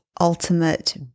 ultimate